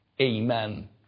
Amen